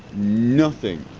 nothing